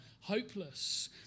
hopeless